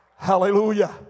Hallelujah